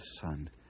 son